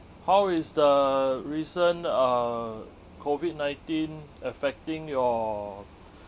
how is the recent uh COVID nineteen affecting your